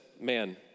man